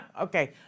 okay